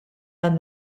dan